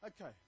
Okay